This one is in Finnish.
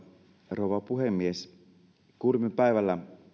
rouva puhemies kuulimme päivällä